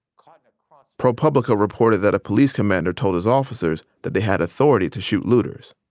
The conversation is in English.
kind of propublica reported that a police commander told his officers that they had authority to shoot looters.